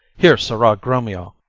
here, sirrah grumio,